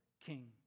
king